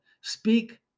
speak